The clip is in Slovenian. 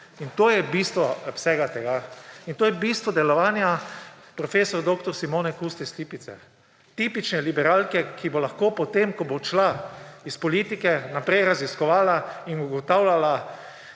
In to je bistvo vsega tega. In to je bistvo delovanja prof. dr. Simone Kustec Lipicer. Tipične liberalke, ki bo lahko potem, ko bo odšla iz politike, naprej raziskovala in ugotavljala,